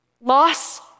Loss